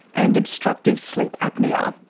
and obstructive sleep apnoea.